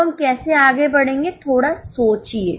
अब हम कैसे आगे बढ़ेंगे थोड़ा सोचिए